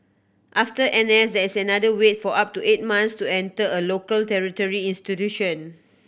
after N S there is another wait of up to eight months to enter a local tertiary institution